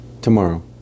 Tomorrow